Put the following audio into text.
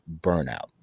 burnout